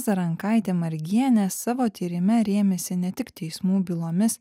zarankaitė margienė savo tyrime rėmėsi ne tik teismų bylomis